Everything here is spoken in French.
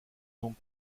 donc